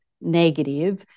negative